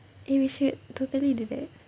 eh we should totally do that